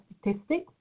statistics